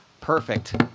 Perfect